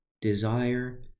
Desire